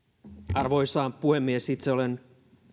arvoisa puhemies itse olen